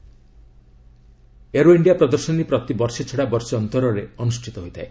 'aero India' ପ୍ରଦର୍ଶନୀ ପ୍ରତି ବର୍ଷେ ଛଡ଼ା ବର୍ଷେ ଅନ୍ତରରେ ଅନୁଷ୍ଠିତ ହୋଇଥାଏ